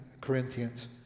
Corinthians